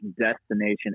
destination